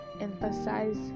emphasize